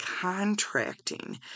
contracting